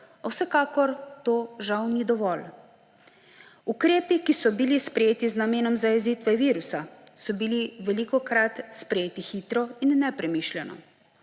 vsekakor to žal ni dovolj. Ukrepi, ki so bili sprejeti z namenom zajezitve virusa, so bili velikokrat sprejeti hitro in nepremišljeno.